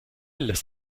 lässt